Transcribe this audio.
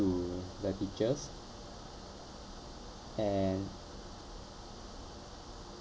to the teachers and